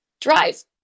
drive